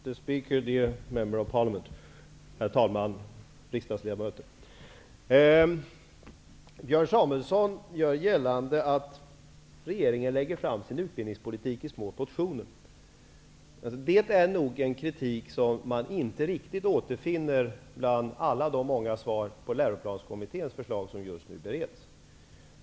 Dear Speaker, dear Member of Parliament! Herr talman! Riksdagsledamöter! Björn Samuelson gör gällande att regeringen lägger fram utbildningspolitiken i små portioner. Det är nog den kritik som man inte riktigt återfinner bland alla de många svar på Läroplanskommitténs förslag som just nu bereds.